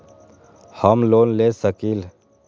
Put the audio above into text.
हम लोन ले सकील?